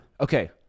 Okay